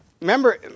remember